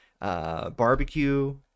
barbecue